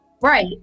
Right